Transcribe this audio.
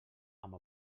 amb